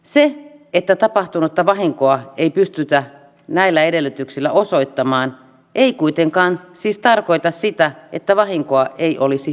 se että tapahtunutta vahinkoa ei pystytä näillä edellytyksillä osoittamaan ei kuitenkaan siis tarkoita sitä että vahinkoa ei olisi tapahtunut